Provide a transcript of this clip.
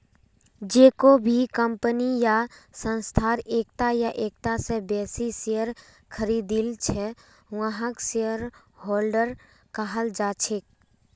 जेको भी कम्पनी या संस्थार एकता या एकता स बेसी शेयर खरीदिल छ वहाक शेयरहोल्डर कहाल जा छेक